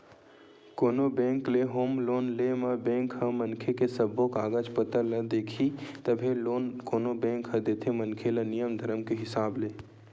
कोनो बेंक ले home loan ले म बेंक ह मनखे के सब्बो कागज पतर ल देखही तभे लोन कोनो बेंक ह देथे मनखे ल नियम धरम के हिसाब ले